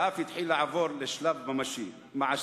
ואף החל לעבור לשלב מעשי.